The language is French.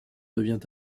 devient